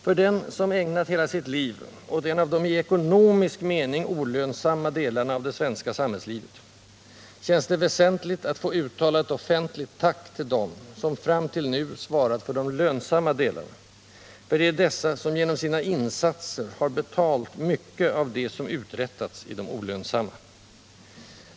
För den som ägnat hela sitt liv åt en av de i ekonomisk mening olönsamma delarna av det svenska samhällslivet känns det väsentligt att få uttala ett offentligt tack till dem, som fram till nu svarat för de lönsamma delarna, för det är dessa som genom sina insatser har betalat mycket av det som uträttats i de olönsamma.